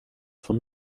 von